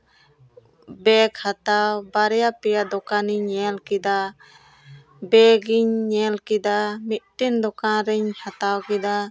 bag ᱦᱟᱛᱟᱣ ᱵᱟᱨᱭᱟ ᱯᱮᱭᱟ ᱫᱚᱠᱟᱱᱤᱧ ᱧᱮᱞ ᱠᱮᱫᱟ ᱵᱮᱜᱤᱧ ᱧᱮᱞ ᱠᱮᱫᱟ ᱢᱤᱫᱴᱮᱱ ᱫᱚᱠᱟᱱ ᱨᱤᱧ ᱦᱟᱛᱟᱣ ᱠᱮᱫᱟ